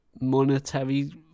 monetary